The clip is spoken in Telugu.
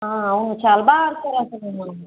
అవును చాలా బాగా ఆడుతారసలు